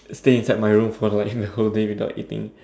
stay inside my room for like the whole day without eating